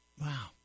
Wow